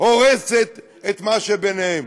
הורסת את מה שביניהם.